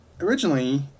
originally